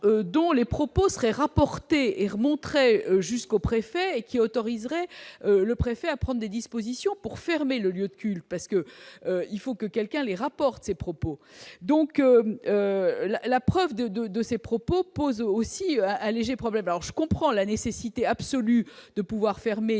dont les propos seraient rapportés et remonterait jusqu'au préfet qui autoriserait le préfet à prendre des dispositions pour fermer le lieu de culte parce que il faut que quelqu'un les rapporte ces propos, donc là la preuve de de de ses propos pose aussi alléger problème alors je comprends la nécessité absolue de pouvoir fermer